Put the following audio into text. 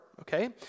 Okay